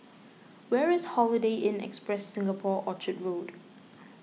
where is Holiday Inn Express Singapore Orchard Road